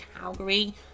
Calgary